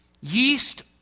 yeast